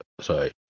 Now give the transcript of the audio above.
Sorry